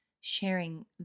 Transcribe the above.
sharing